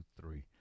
three